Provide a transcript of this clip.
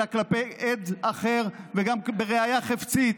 אלא כלפי עד אחר וגם בראיה חפצית.